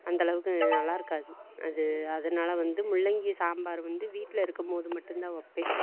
அந்த அளவுக்கு நல்லா இருக்காது அது அதனால் வந்து முள்ளங்கி சாம்பார் வந்து வீட்டில் இருக்கும்போது மட்டுந்தான் வைப்பேன்